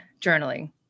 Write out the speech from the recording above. journaling